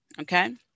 okay